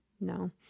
No